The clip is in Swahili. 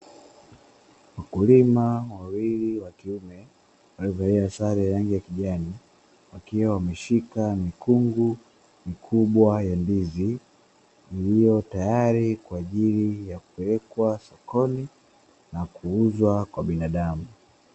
Wakulima wawili wakiume waliovalia sare ya rangi ya kijani, wakiwa wameshika mikungu mikubwa ya ndizi iliotayari kwa ajili ya kupelekwa sokoni na kuuzwa kwa binadamu.